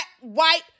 white